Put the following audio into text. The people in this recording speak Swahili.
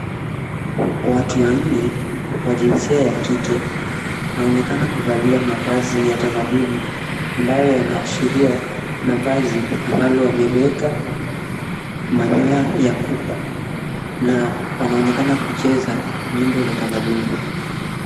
Watu wanne wa jinsia ya kike, wanaonekana kuvalia mavazi ya tamaduni ambayo yanaashiria mavazi ambalo wameliweka manyoa ya kuku na wanaonekana kucheza nyimbo za tamaduni.